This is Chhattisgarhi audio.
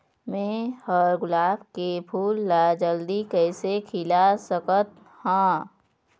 मैं ह गुलाब के फूल ला जल्दी कइसे खिला सकथ हा?